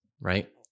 right